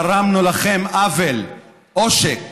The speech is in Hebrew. גרמנו לכם עוול, עושק,